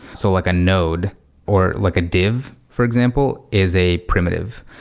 so like a node or like a div for example is a primitive.